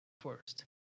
first